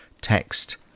Text